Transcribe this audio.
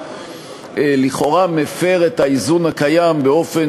לכאורה מפר את האיזון הקיים באופן